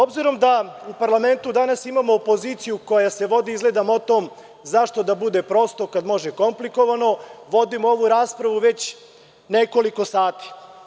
Obzirom da u parlamentu danas imamo opoziciju koja se vodi izgleda motom – zašto da bude prosto kad može i komplikovano, vodimo ovu raspravu već nekoliko sati.